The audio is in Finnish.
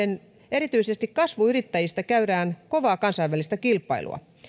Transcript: erityisesti kasvuyrittäjistä käydään kovaa kansainvälistä kilpailua